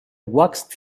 waxed